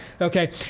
okay